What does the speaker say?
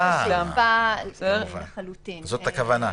כמובן, זאת הכוונה.